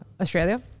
Australia